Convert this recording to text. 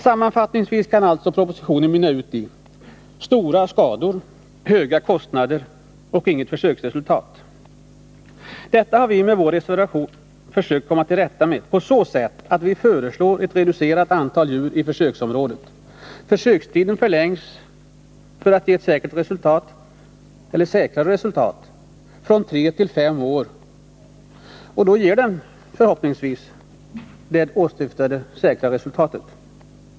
Sammanfattningsvis kan alltså propositionen mynna ut i: stora skador, höga kostnader och inget försöksresultat. Detta har vi med vår reservation försökt komma till rätta med på så sätt att vi föreslår ett reducerat antal djur i försöksområdet och förlängning av försökstiden från tre till fem år, vilket förhoppningsvis också ger det åsyftade säkra resultatet.